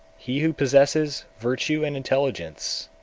he who possesses virtue and intelligence,